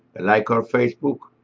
like our facebook,